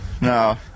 No